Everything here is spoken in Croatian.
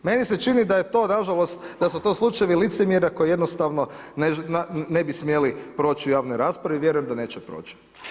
Meni se čini nažalost da su to slučajevi licemjera koji jednostavno ne bi smjeli proći u javnoj raspravi, vjerujem da neće proći.